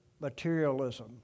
materialism